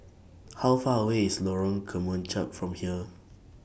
How Far away IS Lorong Kemunchup from here